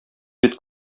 бит